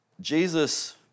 Jesus